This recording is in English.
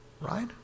right